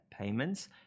payments